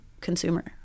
consumer